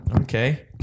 Okay